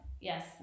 yes